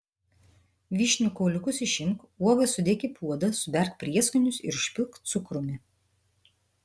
vyšnių kauliukus išimk uogas sudėk į puodą suberk prieskonius ir užpilk cukrumi